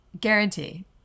Guarantee